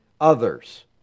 others